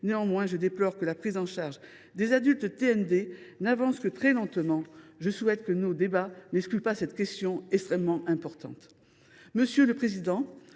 Néanmoins, je déplore que la prise en charge des adultes présentant des TND n’avance que très lentement. Je souhaite que nos débats n’excluent pas cette question extrêmement importante.